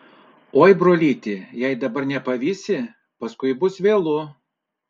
oi brolyti jei dabar nepavysi paskui bus vėlu